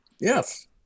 yes